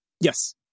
Yes